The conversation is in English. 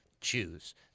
Choose